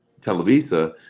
Televisa